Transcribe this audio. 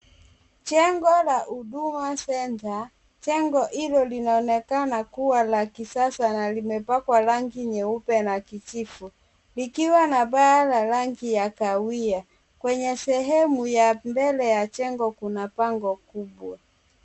Jengo la huduma centre. Jengo hilo linaonekana ni la kisasa na limepakwa rangi nyeupe na kijivu likiwa na baa la rangi ya kahawia. Kwenye sehemu ya mbele ya jengo kuna bango kubwa.